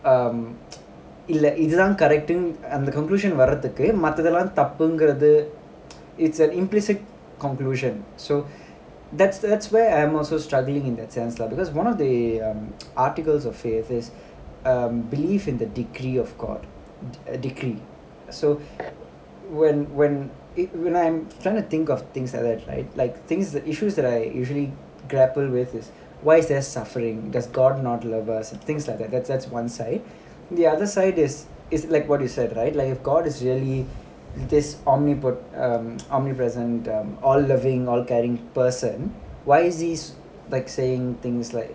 um இதுதான்:idhu than character னு:nu conclusion வறத்துக்குமத்ததெல்லாம்தப்புனு:varadhukku matdhathellam thappunu it's an implicit conclusion so that's that's where I'm also struggling in that sense lah because one of the um articles of faith is um belief in the degree of god a decree so when when it when I'm trying to think of things like that right like things the issues that I usually grapple with is why is there suffering does god not love us and things like that that's that's one side the other side is is like what you said right like if god is really omnipo~ um omnipresent um all loving all caring person why is he like saying things like